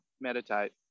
meditate